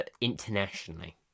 internationally